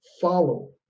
follow